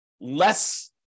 less